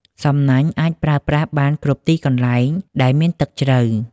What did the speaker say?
សំណាញ់អាចប្រើប្រាស់បានគ្រប់ទីកន្លែងដែលមានទឹកជ្រៅ។